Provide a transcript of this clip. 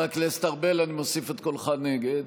חבר הכנסת ארבל, אני מוסיף את קולך נגד.